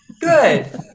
Good